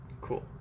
Cool